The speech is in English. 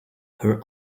her